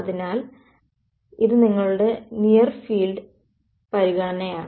അതിനാൽ ഇത് നിങ്ങളുടെ നിയർ ഫീൾഡ് പരിഗണനയാണ്